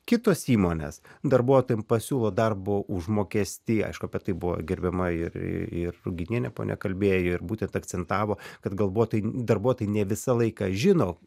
kitos įmonės darbuotojams pasiūlo darbo užmokestį aišku tai buvo gerbiama ir ruginienė ponia kalbėjo ir būtent akcentavo kad galbūt tai darbuotojai ne visą laiką žino